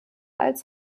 als